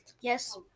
Yes